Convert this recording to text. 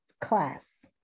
class